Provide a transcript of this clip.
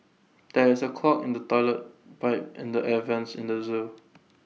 there is A clog in the Toilet Pipe and the air Vents in the Zoo